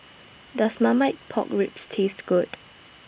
Does Marmite Pork Ribs Taste Good